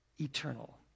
eternal